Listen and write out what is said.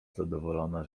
zadowolona